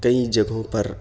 کئی جگہوں پر